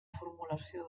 formulació